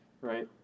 Right